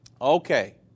Okay